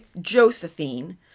josephine